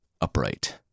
upright